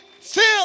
filled